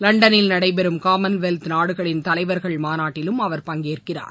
லண்டனில் நடைபெறும் காமன்வெல்த் நாடுகளின் தலைவர்கள் மாநாட்டில் அவர் பங்கேற்கிறார்